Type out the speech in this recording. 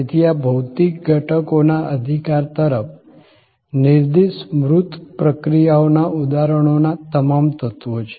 તેથી આ ભૌતિક ઘટકોના અધિકાર તરફ નિર્દેશિત મૂર્ત પ્રક્રિયાઓના ઉદાહરણોના તમામ તત્વો છે